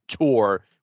tour